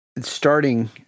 starting